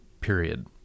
period